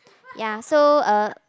ya so uh